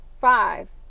five